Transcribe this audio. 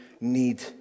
need